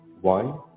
one